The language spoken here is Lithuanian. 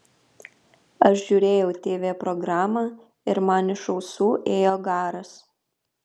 aš žiūrėjau tv programą ir man iš ausų ėjo garas